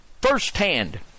firsthand